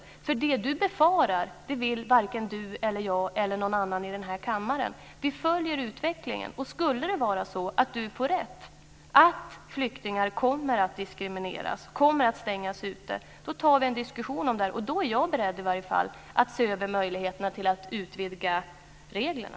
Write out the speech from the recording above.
Det som Birger Schlaug befarar vill varken han eller jag eller någon annan i kammaren. Vi följer utvecklingen. Om Birger Schlaug skulle få rätt, att flyktingar kommer att diskrimineras och stängas ute, tar vi en diskussion om det här. Då är jag beredd att se över möjligheterna att utvidga reglerna.